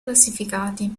classificati